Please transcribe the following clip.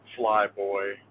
flyboy